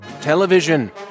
television